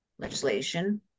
legislation